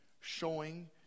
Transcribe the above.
showing